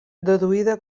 deduïda